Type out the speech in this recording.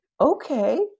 okay